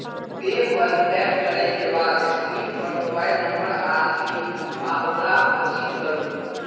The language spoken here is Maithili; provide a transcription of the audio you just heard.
पे पर टैप करै के बाद स्क्रीन पर मोबाइल नंबर आ राशि लिखू आ ओकरा प्रोसीड करू